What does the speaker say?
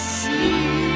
see